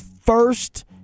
first